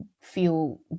feel